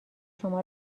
شما